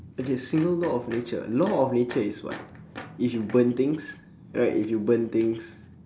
okay single law of nature law of nature is what if you burn things right if you burn things